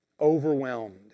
overwhelmed